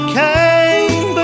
came